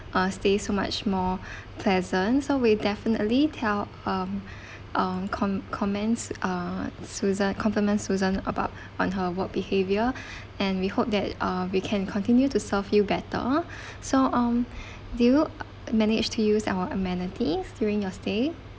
uh stay so much more pleasant so we'd definitely tell um um com~ commend uh susan compliment susan about on her work behaviour and we hope that uh we can continue to serve you better so um do you manage to use our amenities during your stay